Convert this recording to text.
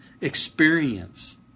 experience